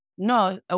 no